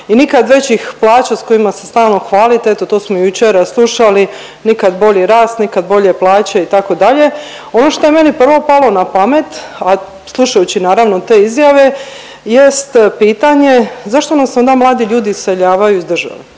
nikad većih plaća s kojima se stalno hvalite, eto to smo jučer slušali. Nikad bolji rast, nikad bolje plaće itd. Ono što je meni prvo palo napamet, a slušajući naravno te izjave jest pitanje zašto nam se onda mladi ljudi iseljavaju iz države?